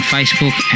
Facebook